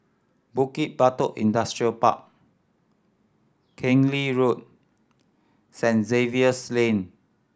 Bukit Batok Industrial Park Keng Lee Road Saint Xavier's Lane